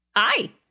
Hi